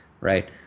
right